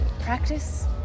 practice